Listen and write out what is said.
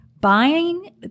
Buying